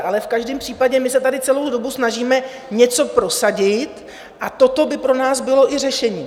Ale v každém případě my se tady celou dobu snažíme něco prosadit a toto by pro nás bylo i řešení.